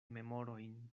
memorojn